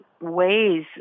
ways